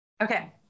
Okay